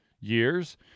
years